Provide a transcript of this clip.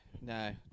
no